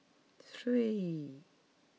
three